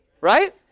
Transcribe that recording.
Right